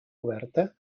oberta